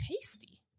tasty